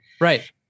Right